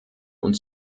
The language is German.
und